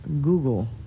Google